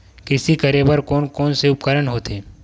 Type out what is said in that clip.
कृषि करेबर कोन कौन से उपकरण होथे?